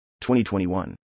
2021